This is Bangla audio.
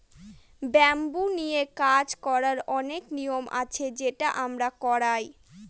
ব্যাম্বু নিয়ে কাজ করার অনেক নিয়ম আছে সেটা আমরা করায়